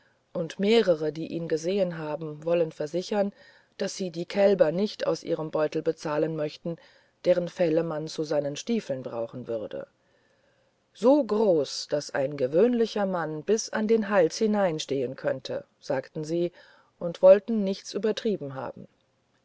und mehrere die ihn gesehen haben wollen versichern daß sie die kälber nicht aus ihrem beutel bezahlen möchten deren felle man zu seinen stiefeln brauchen würde so groß daß ein gewöhnlicher mann bis an den hals hineinstehen könnte sagten sie und wollten nichts übertrieben haben